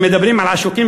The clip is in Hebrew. אם מדברים על עשוקים,